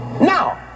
Now